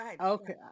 okay